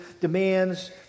demands